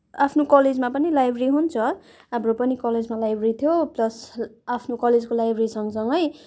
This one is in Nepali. आफ्नो कलेजमा पनि लाइब्रेरी हुन्छ हाम्रो पनि कलेजमा लाइब्रेरी थियो प्लस आफ्नो कलेजको लाइब्रेरी सँगसँगै